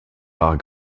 rares